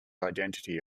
identity